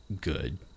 good